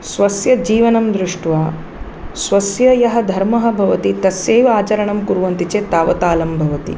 स्वस्य जीवनं दृष्ट्वा स्वस्य यः धर्मः भवति तस्यैव आचरणं कुर्वन्ति चेत् तावतालं भवति